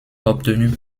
obtenues